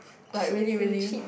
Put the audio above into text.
like really really